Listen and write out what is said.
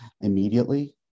immediately